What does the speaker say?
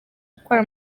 gukora